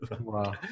Wow